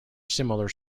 similar